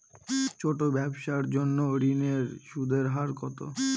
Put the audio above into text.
ছোট ব্যবসার জন্য ঋণের সুদের হার কত?